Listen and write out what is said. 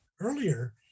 earlier